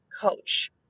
coach